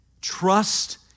Trust